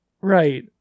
Right